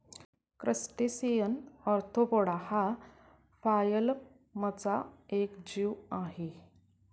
crustacean arthropoda हा फायलमचा एक जीव आहे